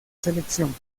selección